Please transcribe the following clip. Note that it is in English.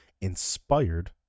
inspired